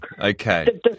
Okay